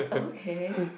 okay